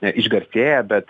na išgarsėję bet